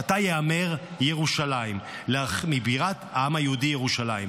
מעתה ייאמר "ירושלים", בירת העם היהודי ירושלים.